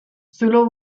zulo